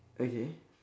okay